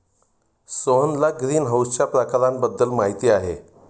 सोहनला ग्रीनहाऊसच्या प्रकारांबद्दल माहिती आहे